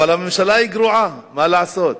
אבל הממשלה היא גרועה, מה לעשות?